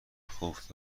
خوف